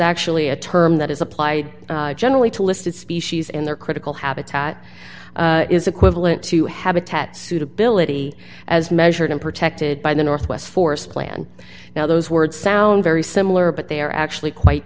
actually a term that is applied generally to listed species in their critical habitat is equivalent to habitat suitability as measured in protected by the northwest forest plan now those words sound very similar but they are actually quite